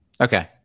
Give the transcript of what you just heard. Okay